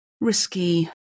risky